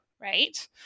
right